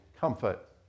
comfort